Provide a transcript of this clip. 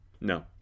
No